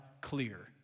clear